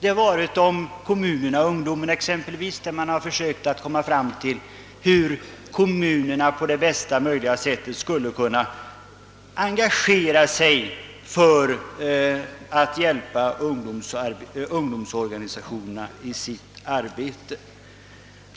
I fråga om kommunerna och ungdomen försöker man komma överens om hur kommunerna på bästa möjliga sätt skall kunna engagera sig för att hjälpa ungdomsorganisationerna i deras arbete.